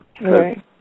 Right